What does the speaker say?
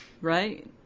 Right